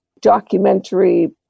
documentary